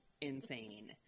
insane